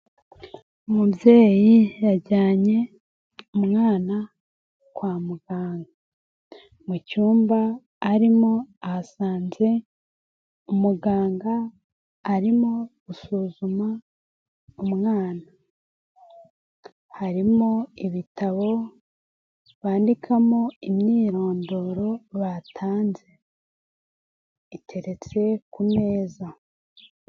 Umubyeyi yajyanye umwana kwa muganga, mu cyumba arimo ahasanze umuganga arimo gusuzuma umwana, harimo ibitabo bandikamo imyirondoro batanze, iteretse ku meza.